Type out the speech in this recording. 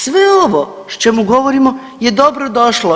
Sve ovo o čemu govorimo je dobro došlo.